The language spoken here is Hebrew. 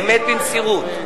באמת במסירות,